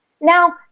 Now